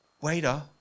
waiter